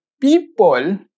people